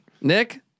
Nick